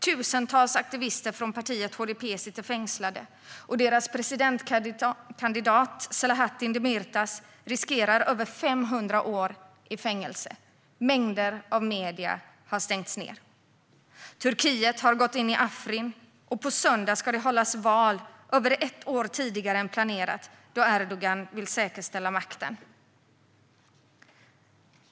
Tusentals aktivister från partiet HDP sitter fängslade, och deras presidentkandidat Selahattin Demirtas riskerar över 500 år i fängelse. Mängder av medier har stängts ned. Turkiet har gått in i Afrin, och på söndag ska det hållas val över ett år tidigare än planerat, då Erdogan vill säkerställa makten.